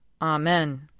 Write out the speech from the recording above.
Amen